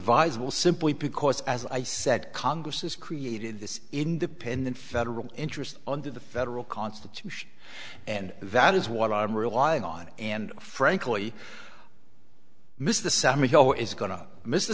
advisable simply because as i said congress has created this independent federal interest under the federal constitution and that is what i'm relying on and frankly miss the sam hill is going to miss the